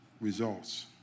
results